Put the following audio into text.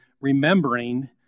remembering